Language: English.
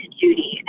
Judy